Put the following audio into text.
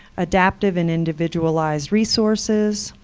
adaptive and individualized resources,